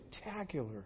spectacular